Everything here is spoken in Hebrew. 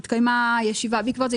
בעקבות זה,